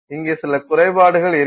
இங்கே சில குறைபாடுகள் இருக்கிறது